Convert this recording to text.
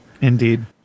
indeed